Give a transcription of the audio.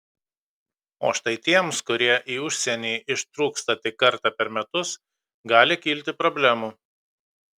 o štai tiems kurie į užsienį ištrūksta tik kartą per metus gali kilti problemų